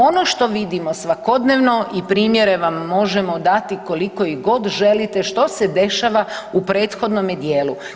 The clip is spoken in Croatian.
Ono što vidimo svakodnevno i primjere vam možemo dati koliko ih god želite, što se dešava u prethodnome dijelu.